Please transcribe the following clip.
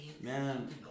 Man